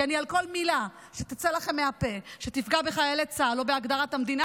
כי על כל מילה שתצא לכם מהפה שתפגע בחיילי צה"ל או בהגדרת המדינה,